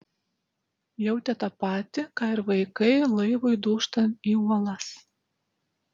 jautė tą patį ką ir vaikai laivui dūžtant į uolas